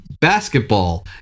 Basketball